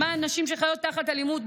למען נשים שחיות תחת אלימות,